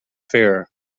fare